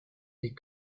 est